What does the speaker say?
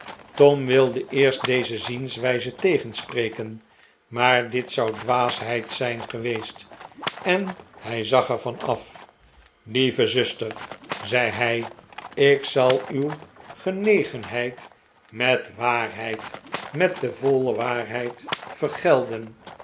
tom wilde eerst deze zienswijze tegenspreken maar dit zou dwaasheid zijn geweest en hij zag er van af lieve zuster zei hij ik zal uw genegenheid met waarheid met de voile waarheid vergelden